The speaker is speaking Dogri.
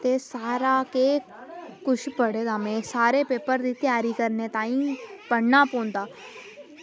ते सारा केह् कुछ पढ़े दा में सारा पेपर त्यारी करने ताहीं पढ़ना पौंदा